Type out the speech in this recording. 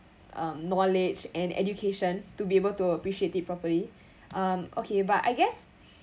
um knowledge and education to be able to appreciate it properly um okay but I guess